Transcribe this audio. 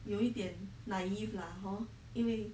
有一点 naive lah hor 因为